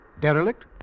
Derelict